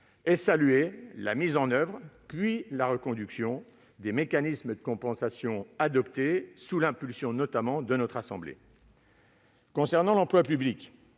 et saluer la mise en oeuvre, puis la reconduction, de mécanismes de compensation adaptés, sous l'impulsion notamment de notre assemblée. En ce qui concerne l'emploi public,